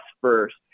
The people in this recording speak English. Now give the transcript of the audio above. first